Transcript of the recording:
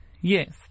Yes